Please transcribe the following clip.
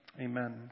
Amen